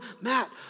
Matt